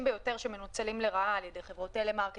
יותר שמנוצלים לרעה על ידי חברות טלמרקטינג,